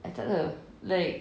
I tak tahu like